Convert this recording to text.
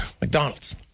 McDonald's